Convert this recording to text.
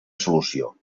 solució